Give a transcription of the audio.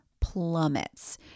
plummets